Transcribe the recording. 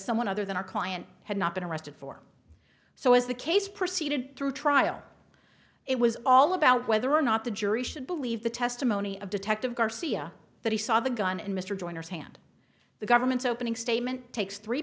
someone other than our client had not been arrested for so as the case proceeded to trial it was all about whether or not the jury should believe the testimony of detective garcia that he saw the gun in mr joiners hand the government's opening statement takes three